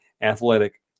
Athletic